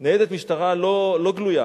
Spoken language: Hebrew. ניידת משטרה לא גלויה,